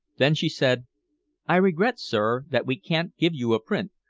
then she said i regret, sir, that we can't give you a print,